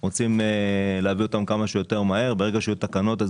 רוצים להביא אותן כמה שיותר מהר וברגע שיהיו תקנות גם